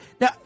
Now